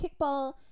kickball